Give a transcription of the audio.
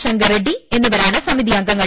ശങ്കർറെഡ്ഡി എന്നിവരാണ് സമിതി അംഗങ്ങൾ